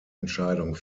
entscheidung